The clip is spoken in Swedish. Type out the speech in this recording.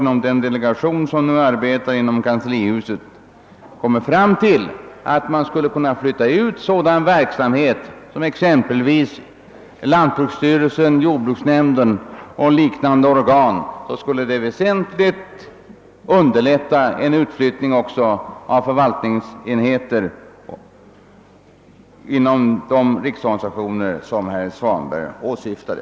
inom den delegation som nu arbetar i kanslihuset, kommer fram till att man skulle kunna flytta ut sådan verksamhet som exempelvis lantbruksstyrelsen, jordbruksnämnden och liknande organ, skulle det väsentligt underlätta en utflyttning även av förvaltningsenheter inom de riksorganisationer som herr Svanberg åsyftade.